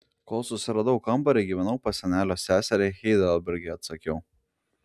kol susiradau kambarį gyvenau pas senelio seserį heidelberge atsakiau